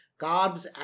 carbs